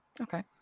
Okay